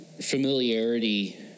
familiarity